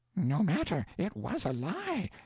no matter. it was a lie.